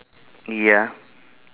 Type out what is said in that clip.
ya